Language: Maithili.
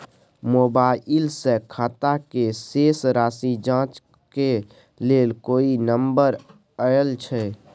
मोबाइल से खाता के शेस राशि जाँच के लेल कोई नंबर अएछ?